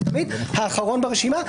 זה תמיד האחרון ברשימה.